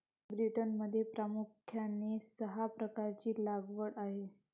ब्रिटनमध्ये प्रामुख्याने सहा प्रकारची लागवड आहे